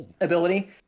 ability